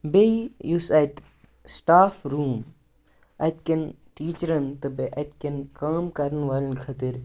بیٚیہِ یُس اَتہِ سٹاف روٗم اَتہِ کٮ۪ن ٹیٖچرَن تہٕ بیٚیہِ اَتہِ کٮ۪ن کٲم کَرَن والٮ۪ن خٲطر